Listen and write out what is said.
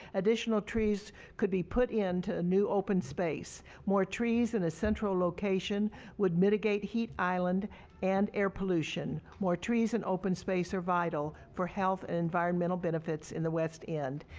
additional trees could be put into new open space, more trees in a central location would mitigate heats island and air pollution. more trees in open space are vital for health and environmental benefits in the west end.